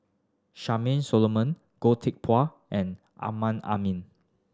Charmaine Solomon Goh Teck Phuan and Amrin Amin